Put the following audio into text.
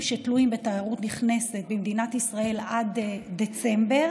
שתלויים בתיירות נכנסת במדינת ישראל עד דצמבר.